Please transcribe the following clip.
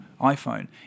iPhone